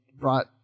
brought